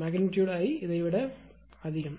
| 𝐼 | இதை விட 𝐼 அளவு அதிகம்